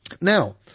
Now